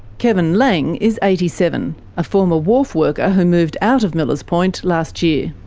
kevin lang is eighty seven, a former wharf worker who moved out of millers point last year.